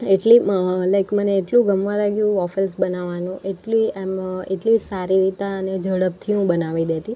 એટલે લાઇક મને એટલું ગમવા લાગ્યું વોફેલ્સ બનાવવાનું એટલે એમ એટલી સારી રીતના અને ઝડપથી હું બનાવી દેતી